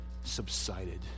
subsided